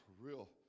real